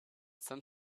some